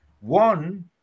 One